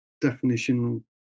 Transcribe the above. definition